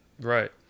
Right